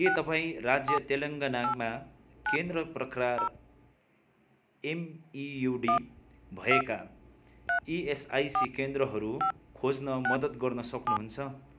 के तपाईँँ राज्य तेलङ्गानामा केन्द्र प्रकार एमइयुडी भएका इएसआइसी केन्द्रहरू खोज्न मदद गर्न सक्नुहुन्छ